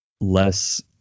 less